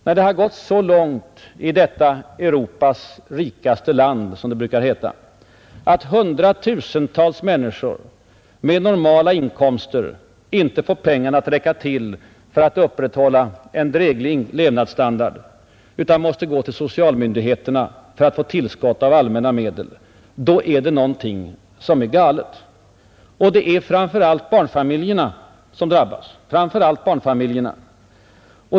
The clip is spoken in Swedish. När det har gått så långt i detta ”Europas rikaste land”, som det brukar heta, att hundratusentals människor med normala inkomster inte får pengarna att räcka till för att upprätthålla en dräglig levnadsstandard utan måste gå till socialmyndigheterna för att få tillskott av allmänna medel, då är det något som är galet. Det är framför allt barnfamiljerna som drabbas.